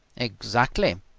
exactly,